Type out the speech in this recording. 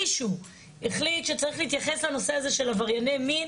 מישהו החליט שצריך להתייחס לנושא הזה של עברייני מין